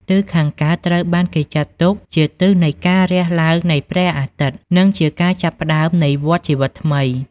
ទិសខាងកើតត្រូវបានគេចាត់ទុកជាទិសនៃការរះឡើងនៃព្រះអាទិត្យនិងជាការចាប់ផ្តើមនៃវដ្ដជីវិតថ្មី។